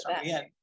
Again